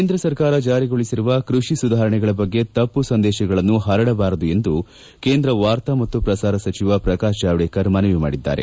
ಕೇಂದ್ರ ಸರ್ಕಾರ ಜಾರಿಗೊಳಿಸಿರುವ ಕೃಷಿ ಸುಧಾರಣೆಗಳ ಬಗ್ಗೆ ತಪ್ಪು ಸಂದೇಶಗಳನ್ನು ಹರಡಬಾರದು ಎಂದು ಕೇಂದ್ರ ವಾರ್ತಾ ಮತ್ತು ಪ್ರಸಾರ ಸಚಿವ ಪ್ರಕಾಶ್ ಜಾವಡೇಕರ್ ಮನವಿ ಮಾಡಿದ್ದಾರೆ